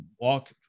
walk